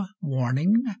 warning